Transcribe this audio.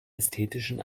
ästhetischen